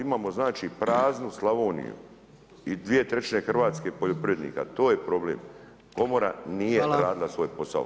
Imamo znači praznu Slavoniju i 2/3 hrvatskih poljoprivrednika, to je problem, komora nije radila svoj posao.